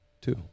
Two